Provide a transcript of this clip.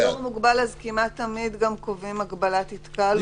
וכשמכריזים על אזור מוגבל אז כמעט תמיד גם קובעים הגבלת התקהלות,